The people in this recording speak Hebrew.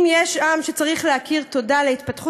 אם יש עם שצריך להכיר תודה להתפתחות